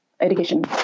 Education